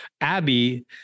Abby